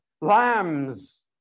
lambs